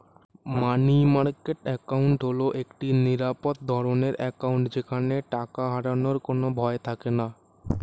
মানি market account হল একটি নিরাপদ ধরনের অ্যাকাউন্ট যেখানে টাকা হারানোর কোনো ভয় থাকেনা